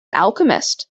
alchemist